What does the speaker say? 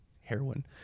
heroin